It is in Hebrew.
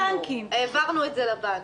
העברנו את זה לבנקים.